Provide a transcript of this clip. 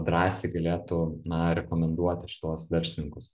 drąsiai galėtų na rekomenduoti šituos verslininkus